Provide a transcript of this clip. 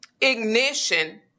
ignition